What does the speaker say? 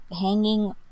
hanging